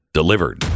Delivered